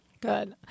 Good